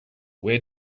where